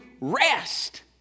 rest